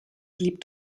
blieb